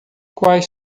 quais